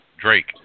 drake